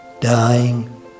dying